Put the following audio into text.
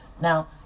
Now